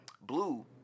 Blue